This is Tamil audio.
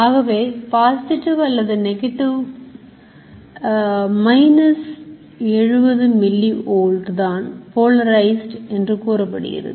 ஆகவே பாசிட்டிவ் அல்லது நெகட்டிவ் மைனஸ் 70 milli volt தான்Polarized என்று கூறப்படுகிறது